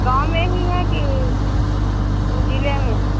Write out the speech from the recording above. गाँव में ही है कि ऊ ज़िले में है